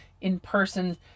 in-person